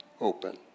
open